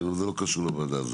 זה לא קשור לוועדה הזאת.